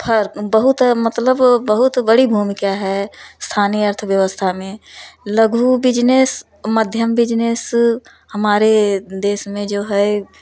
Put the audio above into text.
बहुत मतलब बहुत बड़ी भूमिका है स्थानीय अर्थव्यवस्था में लघु बिजनेस मध्यम बिजनेस हमारे देश में जो है